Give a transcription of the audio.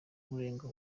urenga